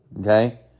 Okay